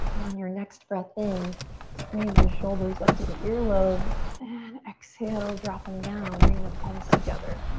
on your next breath in squeeze the shoulders up to the earlobes. and exhale, drop em down, bring the palms together.